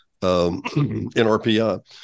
NRPI